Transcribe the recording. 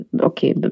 Okay